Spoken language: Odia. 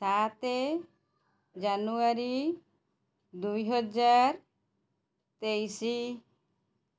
ସାତ ଜାନୁୟାରୀ ଦୁଇହଜାର ତେଇଶ